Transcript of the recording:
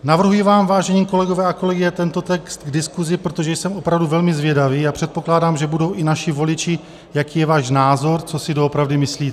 Navrhuji vám, vážení kolegové a kolegyně, tento text k diskusi, protože jsem opravdu velmi zvědavý, a předpokládám, že budou i naši voliči, jaký je váš názor, co si doopravdy myslíte.